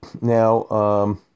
Now